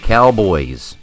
Cowboys